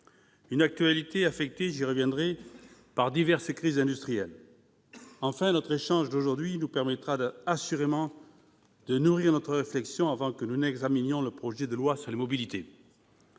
Une actualité affectée, j'y reviendrai, par diverses crises industrielles. Enfin, notre échange d'aujourd'hui nous permettra assurément de nourrir notre réflexion avant que nous n'examinions le projet de loi sur les mobilités.